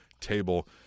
table